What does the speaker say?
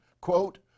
quote